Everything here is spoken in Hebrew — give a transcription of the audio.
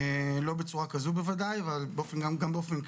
לא בצורה כזו בוודאי, גם באופן כללי.